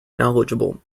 knowledgeable